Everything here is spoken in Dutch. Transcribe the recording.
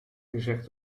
gezegd